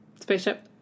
Spaceship